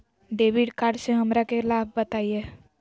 Debit card से हमरा के लाभ बताइए?